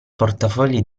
portafogli